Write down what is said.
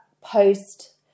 post